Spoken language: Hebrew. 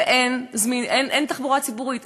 ואין תחבורה ציבורית,